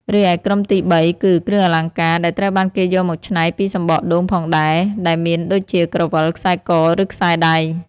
រីឯក្រុមទីបីគឺ គ្រឿងអលង្ការ ដែលត្រូវបានគេយកមកច្នៃពីសំបកដូងផងដែរ ដែលមានដូចជា ក្រវិល ខ្សែក ឬខ្សែដៃ។